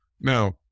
now